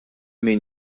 min